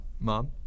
Mom